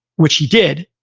which he did,